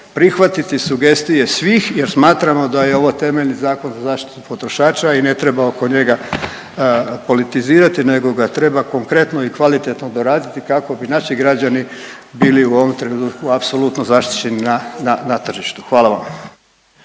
prihvatiti sugestije svih jer smatramo da je ovo temeljni zakon za zaštitu potrošača i ne treba oko njega politizirati nego ga treba konkretno i kvalitetno doraditi kako bi naši građani bili u ovom trenutku apsolutno zaštićeni na tržištu. Hvala vam.